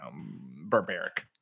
barbaric